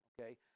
Okay